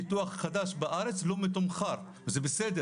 שם שיש ניתוח חדש בארץ שהוא לא מתומחר וזה בסדר